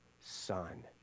son